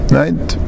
right